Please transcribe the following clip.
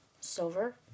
silver